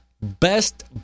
Best